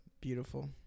Beautiful